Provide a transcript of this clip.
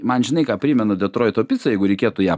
man žinai ką primena detroito pica jeigu reikėtų ją